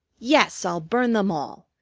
yes, i'll burn them all.